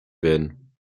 werden